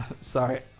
sorry